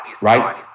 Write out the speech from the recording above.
Right